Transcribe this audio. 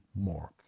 more